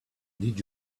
did